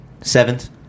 Seventh